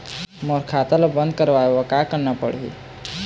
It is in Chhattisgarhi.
मोर खाता ला बंद करवाए बर का करना पड़ही?